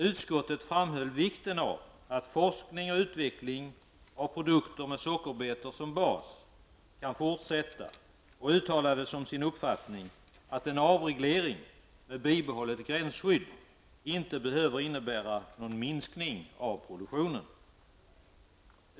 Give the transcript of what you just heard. Utskottet framhöll vikten av att forskning och utveckling av produkter med sockerbetor som bas kunde fortsätta och uttalade som sin uppfattning att en avreglering med bibehållet gränsskydd inte behövde innebära någon minskning av produktionen.